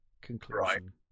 conclusion